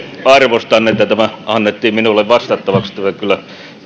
arvostan että tämä annettiin minulle vastattavaksi tämä kyllä